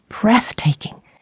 breathtaking